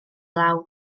lawr